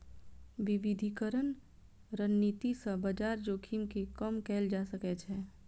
विविधीकरण रणनीति सं बाजार जोखिम कें कम कैल जा सकै छै